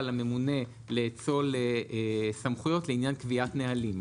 הממונה לאצול סמכויות לעניין קביעת נהלים.